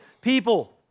people